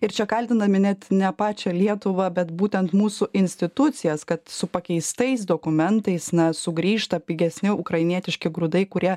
ir čia kaltinami net ne pačią lietuvą bet būtent mūsų institucijas kad su pakeistais dokumentais na sugrįžta pigesni ukrainietiški grūdai kurie